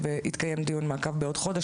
יתקיים דיון מעקב בעוד חודש,